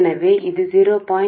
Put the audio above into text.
కాబట్టి ఇది 0